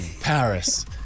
Paris